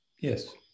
Yes